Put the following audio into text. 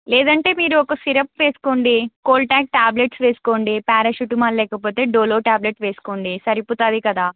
లేదు అంటే మీరు ఒక సిరప్ వేసుకోండి కోల్టాక్ టాబ్లెట్స్ వేసుకోండి పారాసిటమాల్ లేకపోతే డోలో టాబ్లెట్ వేసుకోండి సరిపోతుంది కదా